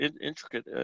intricate